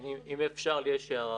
אם אפשר, לי יש הערה.